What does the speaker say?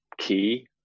key